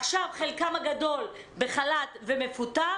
עכשיו חלקם הגדול בחל"ת ומפוטר,